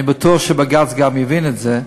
אני בטוח שבג"ץ גם הבין את זה,